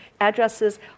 addresses